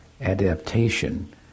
adaptation